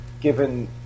given